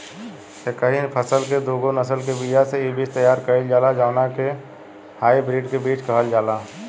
एकही फसल के दूगो नसल के बिया से इ बीज तैयार कईल जाला जवना के हाई ब्रीड के बीज कहल जाला